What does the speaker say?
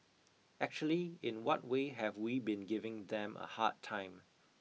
actually in what way have we been giving them a hard time